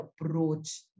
approach